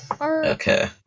Okay